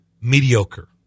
mediocre